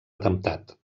atemptat